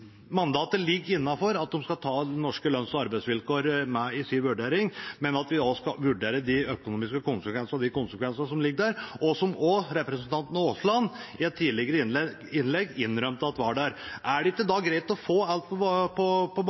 ligger innenfor mandatet at de skal ta norske lønns- og arbeidsvilkår med i sin vurdering, men at man også skal vurdere konsekvensene av det – noe også representanten Aasland i et tidligere innlegg innrømte var der. Er det ikke da greit å få alt på